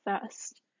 first